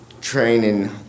training